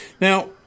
Now